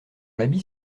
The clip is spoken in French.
l’habit